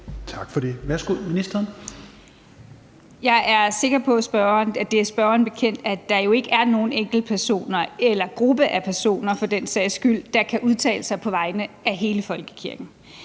(Joy Mogensen): Jeg er sikker på, at det er spørgeren bekendt, at der jo ikke er nogen enkeltpersoner eller gruppe af personer for den sags skyld, der kan udtale sig på vegne af hele folkekirken.